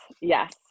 Yes